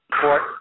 Court